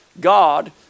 God